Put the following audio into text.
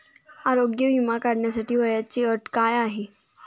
आरोग्य विमा काढण्यासाठी वयाची अट काय आहे?